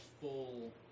full